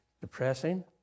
depressing